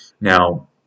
Now